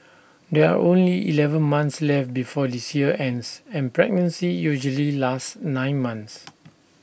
there are only Eleven months left before this year ends and pregnancy usually lasts nine months